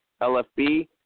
LFB